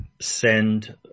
send